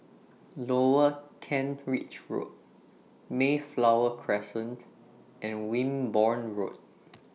Lower Kent Ridge Road Mayflower Crescent and Wimborne Road